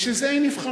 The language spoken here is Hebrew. בשביל זה היא נבחרה.